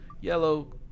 yellow